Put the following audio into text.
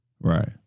right